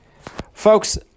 Folks